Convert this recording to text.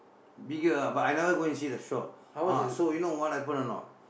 bigger ah but I never go and see the shop ah so you know what happen or not